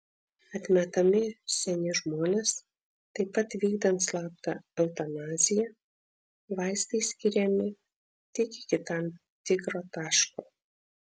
atmetami seni žmonės taip pat vykdant slaptą eutanaziją vaistai skiriami tik iki tam tikro taško